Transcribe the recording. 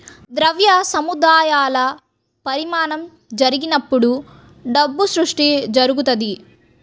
ద్రవ్య సముదాయాల పరిమాణం పెరిగినప్పుడు డబ్బు సృష్టి జరుగుతది